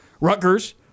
Rutgers